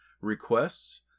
requests